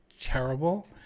terrible